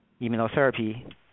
immunotherapy